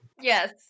Yes